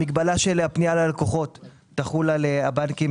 המגבלה של הפנייה ללקוחות תחול על הבנקים